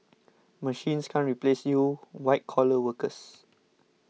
machines can't replace you white collar workers